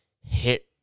hit